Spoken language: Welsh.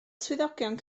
swyddogion